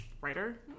Writer